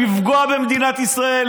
לפגוע במדינת ישראל,